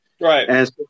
right